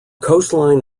coastline